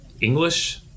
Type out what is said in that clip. English